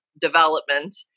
development